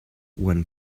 when